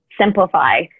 Simplify